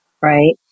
right